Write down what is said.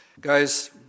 Guys